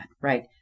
right